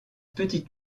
petite